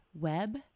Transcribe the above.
web